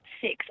six